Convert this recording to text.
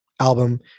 album